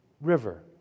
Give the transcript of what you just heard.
river